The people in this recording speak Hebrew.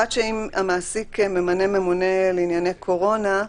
אחת, שאם המעסיק ממנה ממונה לענייני קורונה,